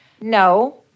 No